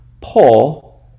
Paul